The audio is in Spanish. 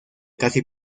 casi